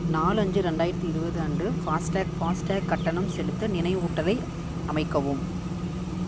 நாலு அஞ்சு ரெண்டாயிரத்தி இருபது அன்று ஃபாஸ்ட்டாக் ஃபாஸ்ட்டாக் கட்டணம் செலுத்த நினைவூட்டலை அமைக்கவும்